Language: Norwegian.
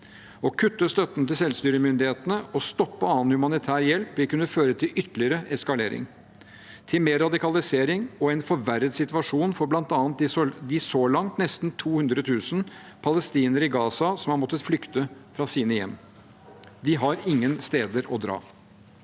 Å kutte støtten til selvstyremyndighetene og stoppe annen humanitær hjelp vil kun føre til ytterligere eskalering, til mer radikalisering og en forverret situasjon for bl.a. de så langt nesten 200 000 palestinere i Gaza som har måttet flykte fra sine hjem. De har ingen steder å dra.